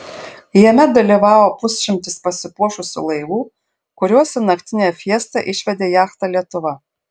jame dalyvavo pusšimtis pasipuošusių laivų kuriuos į naktinę fiestą išvedė jachta lietuva